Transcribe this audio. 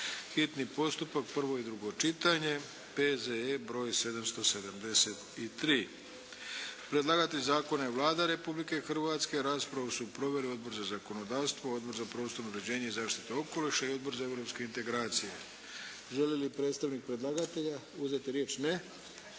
hitni postupak, prvo i drugo čitanje, P.Z.E. br. 773. Predlagatelj zakona je Vlada Republike Hrvatske. Raspravu su proveli Odbor za zakonodavstvo, Odbor za prostorno uređenje i zaštitu okoliša i Odbor za europske integracije. Želi li predstavnik predlagatelja uzeti riječ?